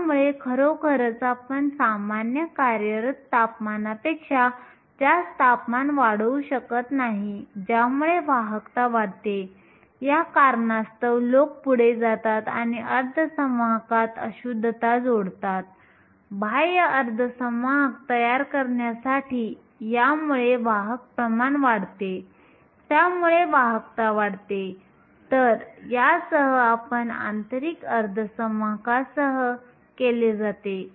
त्यामुळे खरोखरच आपण सामान्य कार्यरत तापमानापेक्षा जास्त तापमान वाढवू शकत नाही ज्यामुळे वाहकता वाढते या कारणास्तव लोक पुढे जातात आणि आंतरिक अर्धवाहकात अशुद्धता जोडतात बाह्य अर्धसंवाहक तयार करण्यासाठी यामुळे वाहक प्रमाण वाढते आणि त्यामुळे वाहकता वाढते तर यासह आपण आंतरिक अर्धसंवाहकांसह केले जाते